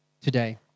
today